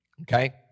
Okay